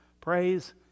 Praise